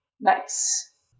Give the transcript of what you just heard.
Nice